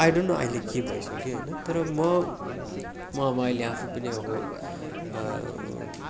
अब I don't know अहिले के भइसक्यो होइन तर म म अब आफैँ पनि अब